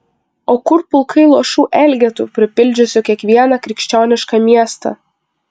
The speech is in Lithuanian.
o kur pulkai luošų elgetų pripildžiusių kiekvieną krikščionišką miestą